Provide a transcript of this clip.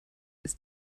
ist